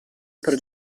per